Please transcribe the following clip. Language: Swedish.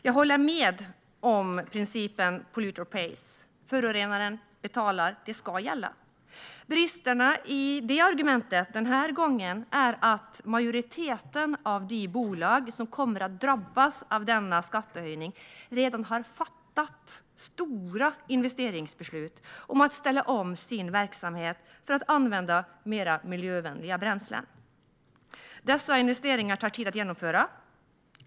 Jag håller med om principen polluter pays. Att förorenaren betalar ska gälla. Men bristerna i det argumentet den här gången är att majoriteten av de bolag som kommer att drabbas av skattehöjningen redan har fattat stora investeringsbeslut för att ställa om sin verksamhet för att kunna använda mer miljövänliga bränslen. Dessa investeringar tar tid att genomföra.